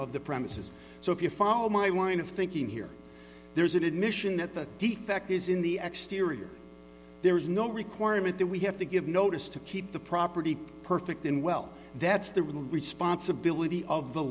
of the premises so if you follow my wind of thinking here there's an admission that the defect is in the exteriors there is no requirement that we have to give notice to keep the property perfect in well that's the responsibility of the